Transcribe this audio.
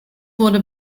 wurde